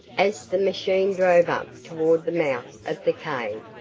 as the machine drove up toward the mouth of the cave,